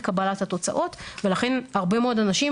קבלת התוצאות ולכן הרבה מאוד אנשים,